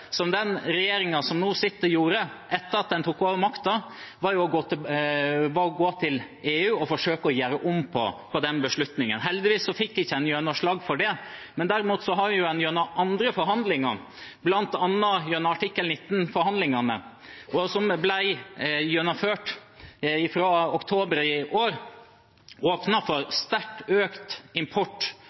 første den regjeringen som nå sitter, gjorde etter at den tok over makten, var å gå til EU og forsøke å gjøre om på den beslutningen. Heldigvis fikk man ikke gjennomslag for det, derimot har man gjennom andre forhandlinger, bl.a. gjennom artikkel 19-forhandlingene, som ble gjennomført fra oktober i år, åpnet for sterkt økt import